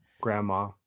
Grandma